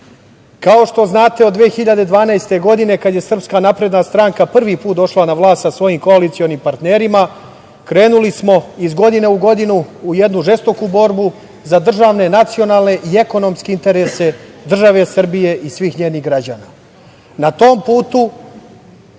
što znate, 2012. godine, kada je Srpska napredna stranka prvi put došla na vlast sa svojim koalicionim partnerima krenuli smo iz godine u godinu u jednu žestoku borbu za državne, nacionalne i ekonomske interese države Srbije i svih njenih građana. Na tom putu